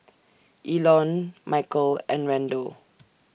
Elon Michale and Randle